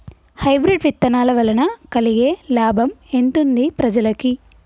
Hybrid విత్తనాల వలన కలిగే లాభం ఎంతుంది ప్రజలకి?